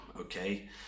okay